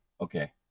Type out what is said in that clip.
Okay